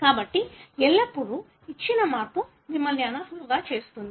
కాబట్టి ఎల్లప్పుడూ ఇచ్చిన మార్పు మిమ్మల్ని అనర్హులుగా చేస్తుంది